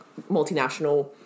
multinational